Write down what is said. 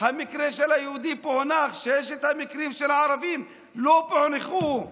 המקרה של היהודי פוענח וששת המקרים של הערבים לא פוענחו.